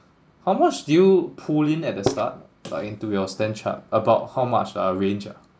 how much do you pool in at the start like into your StanChart about how much ah a range ah